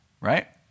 Right